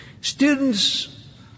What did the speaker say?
Students